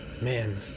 man